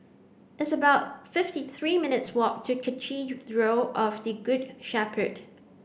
it's about fifty three minutes' walk to Cathedral of the Good Shepherd